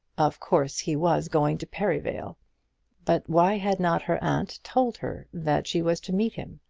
of course he was going to perivale but why had not her aunt told her that she was to meet him?